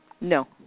No